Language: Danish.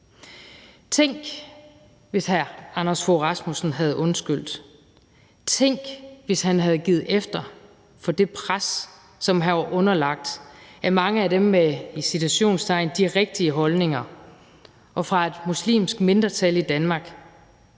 Tænk, hvis hr. Anders Fogh Rasmussen havde undskyldt. Tænk, hvis han havde givet efter for det pres, som han var underlagt fra mange af dem med – i citationstegn – de rigtige holdninger og fra et muslimsk mindretal i Danmark.